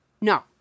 No